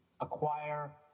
acquire